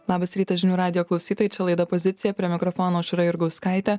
labas rytas žinių radijo klausytojai čia laida pozicija prie mikrofono aušra jurgauskaitė